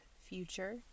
future